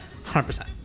100%